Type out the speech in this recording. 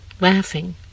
laughing